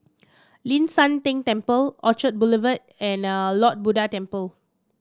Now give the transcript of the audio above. Ling San Teng Temple Orchard Boulevard and Lord Buddha Temple